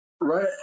right